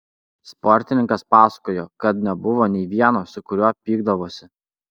sportininkas pasakojo kad nebuvo nei vieno su kuriuo pykdavosi